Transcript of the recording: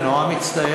אני נורא מצטער.